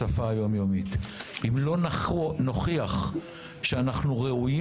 בשפה היומיומית אם לא נוכיח שאנחנו ראויים